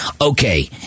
okay